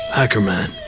hackerman,